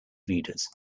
leaders